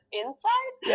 inside